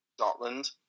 Scotland